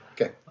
Okay